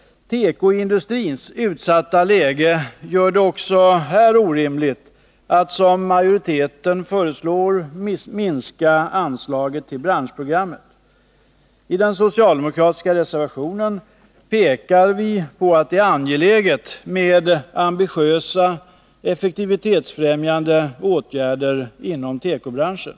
Tekoindustrins utsatta läge gör det orimligt att, som majoriteten föreslår, minska anslaget till branschprogrammet. I den socialdemokratiska reservationen pekar vi på att det är angeläget med ambitiösa effektivitetsfrämjande åtgärder inom tekobranschen.